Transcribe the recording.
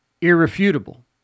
irrefutable